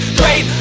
great